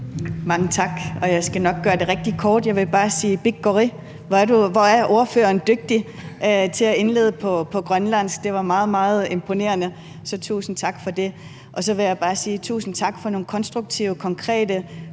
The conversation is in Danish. Mange tak. Og jeg skal nok gøre det rigtig kort. Jeg vil bare sige: Pikkori. Hvor er ordføreren dygtig til at indlede på grønlandsk. Det var meget, meget imponerende, så tusind tak for det. Og så vil jeg bare sige tusind tak for nogle konstruktive, konkrete